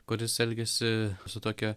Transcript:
kuris elgiasi su tokia